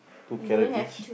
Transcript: two carrot each